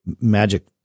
magic